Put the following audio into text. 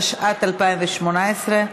התשע"ט 2018,